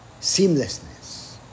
seamlessness